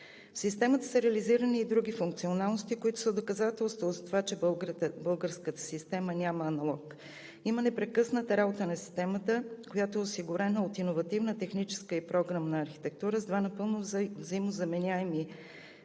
В системата са реализирани и други функционалности, които са доказателство за това, че българската система няма аналог. Има непрекъсната работа на системата, която е осигурена от иновативна техническа и програмна архитектура с две напълно взаимнозаменяеми централи